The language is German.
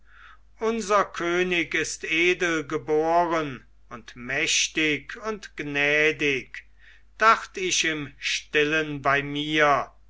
unser könig ist edel geboren und mächtig und gnädig dacht ich im stillen bei mir